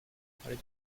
parler